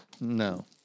no